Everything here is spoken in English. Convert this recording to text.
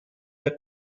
the